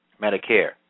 Medicare